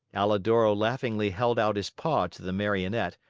alidoro laughingly held out his paw to the marionette,